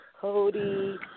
Cody